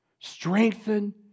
strengthen